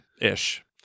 ish